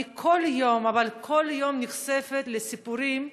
אני כל יום, אבל כל יום, נחשפת לסיפורים: